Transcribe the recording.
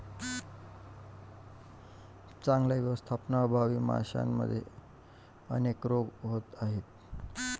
चांगल्या व्यवस्थापनाअभावी माशांमध्ये अनेक रोग होत आहेत